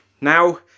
Now